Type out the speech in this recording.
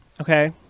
okay